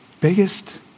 biggest